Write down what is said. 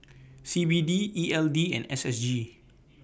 C B D E L D and S S G